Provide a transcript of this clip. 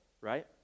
right